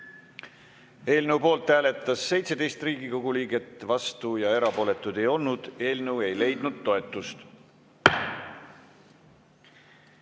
Eelnõu poolt hääletas 17 Riigikogu liiget, vastuolijaid ega erapooletuid ei olnud. Eelnõu ei leidnud toetust.